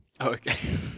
okay